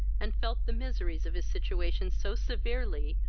and felt the miseries of his situation so severely,